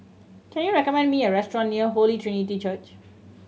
can you recommend me a restaurant near Holy Trinity Church